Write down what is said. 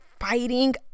fighting